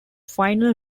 final